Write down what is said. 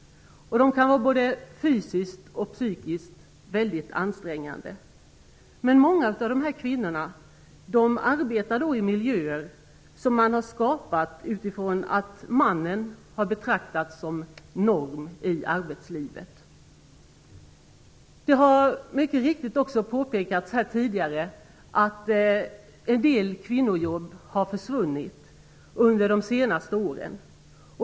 De kan vara både fysiskt och psykiskt ansträngande. Många av dessa kvinnor arbetar i miljöer som har skapats utifrån att mannen har betraktats som norm i arbetslivet. Det har mycket riktigt också påpekats här tidigare att en del kvinnojobb har försvunnit under de senaste åren.